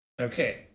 Okay